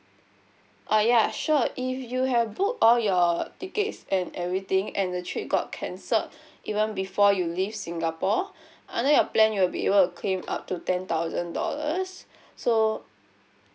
uh ya sure if you have booked all your tickets and everything and the trip got cancelled even before you leave singapore under your plan you will be able to claim up to ten thousand dollars so